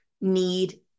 need